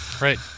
Right